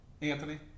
Anthony